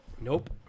Nope